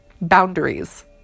boundaries